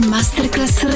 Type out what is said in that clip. Masterclass